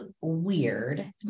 weird